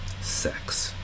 sex